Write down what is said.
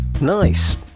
Nice